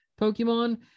Pokemon